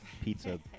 pizza